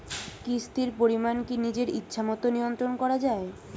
কিস্তির পরিমাণ কি নিজের ইচ্ছামত নিয়ন্ত্রণ করা যায়?